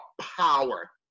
power